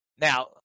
Now